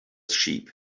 sheep